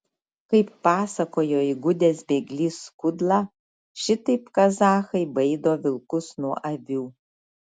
kaip pasakojo įgudęs bėglys kudla šitaip kazachai baido vilkus nuo avių